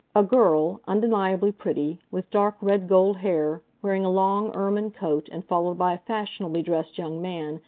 a girl, undeniably pretty, with dark, red-gold hair, wearing a long ermine coat and followed by a fashionably dressed young man,